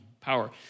power